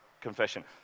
confession